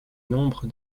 nombre